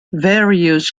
various